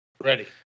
Ready